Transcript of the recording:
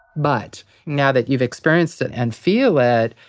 but now that you've experienced it and feel it,